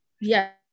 Yes